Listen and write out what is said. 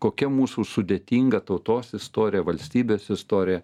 kokia mūsų sudėtinga tautos istorija valstybės istorija